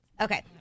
Okay